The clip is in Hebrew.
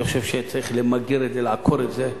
אני חושב שצריך למגר את זה, לעקור את זה.